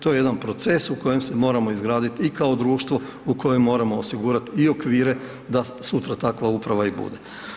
To je jedan proces u kojem se moramo izgraditi i kao društvo u kojem moramo osigurati i okvire da sutra takva uprava i bude.